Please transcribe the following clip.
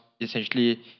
essentially